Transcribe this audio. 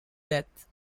deaths